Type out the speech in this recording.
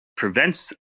prevents